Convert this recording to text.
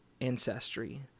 ancestry